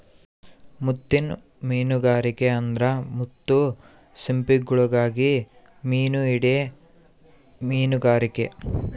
ಮುತ್ತಿನ್ ಮೀನುಗಾರಿಕೆ ಅಂದ್ರ ಮುತ್ತು ಸಿಂಪಿಗುಳುಗಾಗಿ ಮೀನು ಹಿಡೇ ಮೀನುಗಾರಿಕೆ